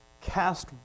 cast